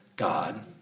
God